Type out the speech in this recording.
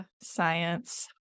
Science